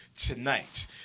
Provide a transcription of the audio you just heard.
tonight